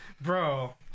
Bro